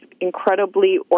incredibly